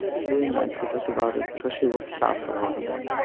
she didn't like to talk about it because she was suffering there.